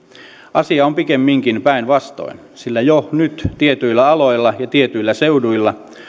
asia on pikemminkin päinvastoin sillä jo nyt tietyillä aloilla ja tietyillä seuduilla on